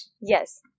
Yes